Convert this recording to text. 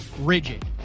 rigid